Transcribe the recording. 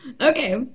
Okay